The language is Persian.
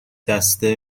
دسته